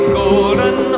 golden